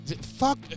Fuck